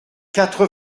quatre